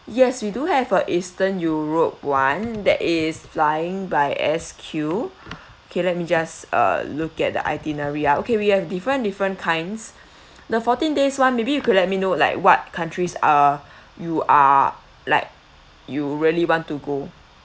yes we do have a eastern europe one that is flying by S_Q okay let me just uh look at the itinerary ah okay we have different different kinds the fourteen days [one] maybe you could let me know like what countries uh you are like you really want to go